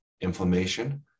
inflammation